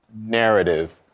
narrative